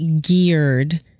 geared